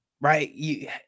right